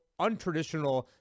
untraditional